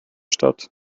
statt